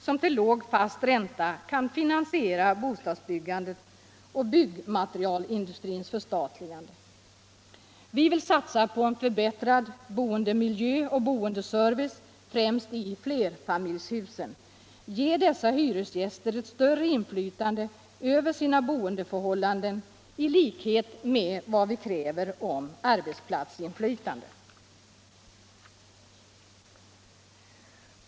som till låg fast ränta kan finansiera bostadsbyggandet, och byggmatcerialindustrins förstatligande. Vi vill satsa på en förbättrad boendemiljö och boendeservice främst i flerfamiljshusområden och ge dessa hyresgäster ett större inflytande över sina boendeförhållanden i likhet med vad vi kräver om arbetsplatsinflvtande.